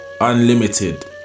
unlimited